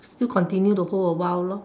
still continue to hold a while lor